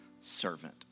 servant